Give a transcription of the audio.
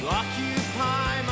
occupy